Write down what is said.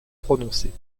prononcées